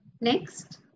Next